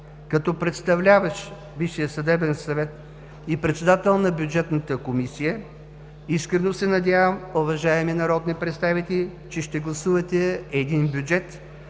Като представляващ Висшия съдебен съвет и председател на Бюджетната комисия, искрено се надявам, уважаеми народни представители, че ще гласувате един бюджет,